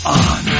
on